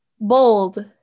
Bold